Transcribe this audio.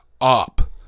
up